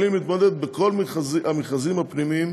יכול להתמודד בכל המכרזים הפנימיים